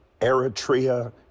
Eritrea